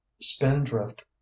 spindrift